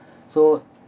so